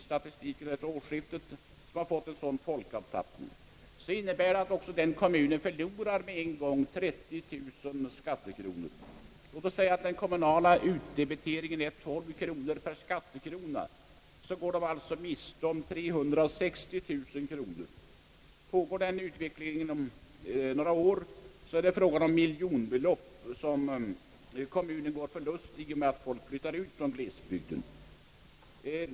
Statistiken vid senaste årsskiftet visar att det finns kommuner som har haft en sådan folkavtappning. Om vi antar att den kommunala utdebiteringen är 12 kronor per skattekrona, innebär det att kommunen går mister om 360 000 kronor. Och fortgår samma utveckling under några år blir det miljonbelopp som glesbygdskommunen förlorar.